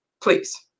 please